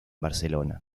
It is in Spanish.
barcelona